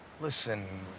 listen,